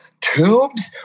tubes